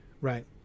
right